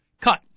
cut